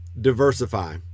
diversify